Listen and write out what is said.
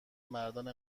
مردان